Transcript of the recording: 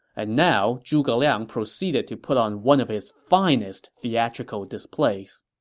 and now, zhuge liang proceeded to put on one of his finest theatrical displays